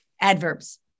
Adverbs